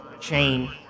chain